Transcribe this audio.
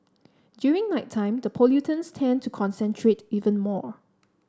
during nighttime the pollutants tend to concentrate even more